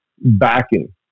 backing